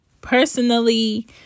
personally